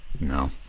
no